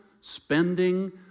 spending